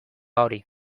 hori